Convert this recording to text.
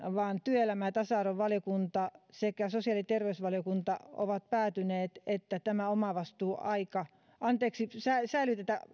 vaan että työelämä ja tasa arvovaliokunta sekä sosiaali ja terveysvaliokunta ovat päättäneet että tämä omavastuuaika säilytetään